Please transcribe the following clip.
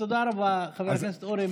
תודה רבה, חבר הכנסת אורי מקלב.